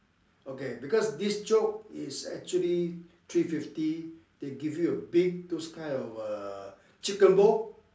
okay because this chok is actually three fifty they gave you a big those kind of uh chicken ball